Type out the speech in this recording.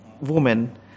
woman